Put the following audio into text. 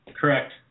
Correct